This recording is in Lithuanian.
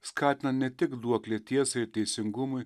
skatina ne tik duoklė tiesai ir teisingumui